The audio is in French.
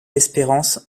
espérance